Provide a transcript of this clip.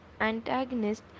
antagonist